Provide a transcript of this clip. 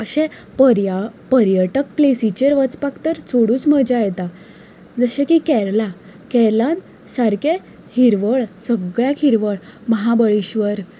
अशें पर्या पर्यटक प्लेसीचेर वचपाक तर चडच मज्या येता जशें की केरला केरलांत सारकें हिरवळ सगळ्याक हिरवळ महाबळेश्वर